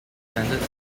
standard